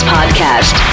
Podcast